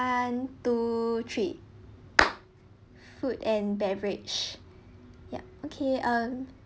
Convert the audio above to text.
one two three food and beverage yup okay um